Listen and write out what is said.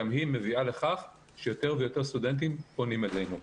גם היא מביאה לכך שיותר ויותר סטודנטים פונים אלינו.